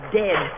dead